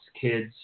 kids